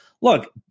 Look